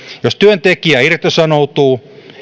jos työntekijä irtisanoutuu